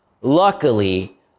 Luckily